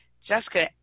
Jessica